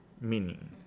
meaning